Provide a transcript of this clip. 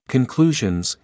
Conclusions